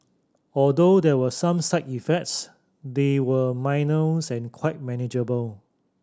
although there were some side effects they were minors and quite manageable